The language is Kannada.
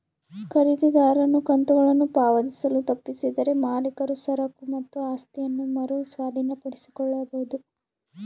ಖರೀದಿದಾರನು ಕಂತುಗಳನ್ನು ಪಾವತಿಸಲು ತಪ್ಪಿದರೆ ಮಾಲೀಕರು ಸರಕು ಮತ್ತು ಆಸ್ತಿಯನ್ನ ಮರು ಸ್ವಾಧೀನಪಡಿಸಿಕೊಳ್ಳಬೊದು